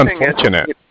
unfortunate